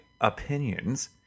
opinions